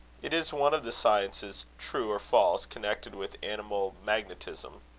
it is one of the sciences, true or false, connected with animal magnetism.